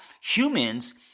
humans